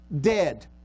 dead